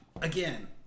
again